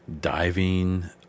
diving